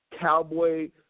Cowboy